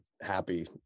happy